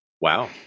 Wow